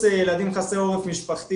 אנחנו מדברים על מצב שבו יש גם תקציב וגם זכאות.